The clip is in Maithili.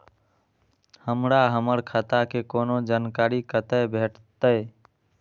हमरा हमर खाता के कोनो जानकारी कतै भेटतै?